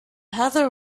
heather